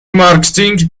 مارکتینگ